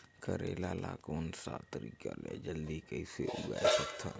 करेला ला कोन सा तरीका ले जल्दी कइसे उगाय सकथन?